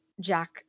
Jack